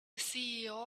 ceo